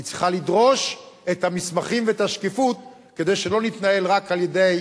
היא צריכה לדרוש את המסמכים ואת השקיפות כדי שלא נתנהל רק על-ידי